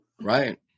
Right